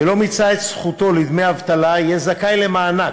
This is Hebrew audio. ולא מיצה את זכותו לדמי אבטלה יהיה זכאי למענק,